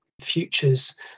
futures